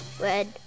red